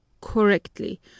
correctly